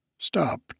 Stop